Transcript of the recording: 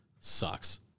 sucks